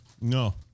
No